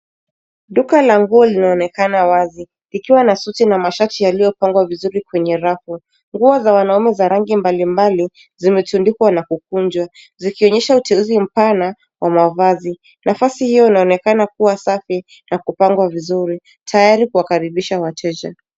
Duka la nguo linaonekana wazi likiwa na suti na mashati yaliyopangwa vizuri kwenye rafu. Nguo za wanaume za rangi mbalimbali zimetundikwa na kukunjwa, zikionyesha uteuzi mpana wa mavazi. Nafasi hiyo inaonekana kuwa safi na kupangwa vizuri tayari kuwakaribisha wateja.